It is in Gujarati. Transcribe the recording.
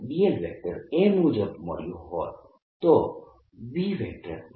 dl એ મુજબ મળ્યું હોત તો B